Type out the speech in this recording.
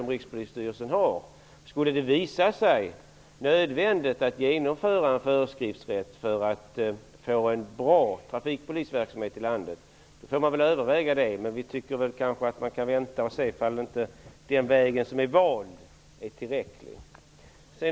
Om det skulle visa sig nödvändigt att införa en föreskriftsrätt för att få en bra trafikpolisverksamhet i landet får vi överväga detta, men vi tycker att man kan vänta och se om den valda metoden är tillräcklig.